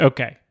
Okay